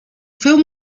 film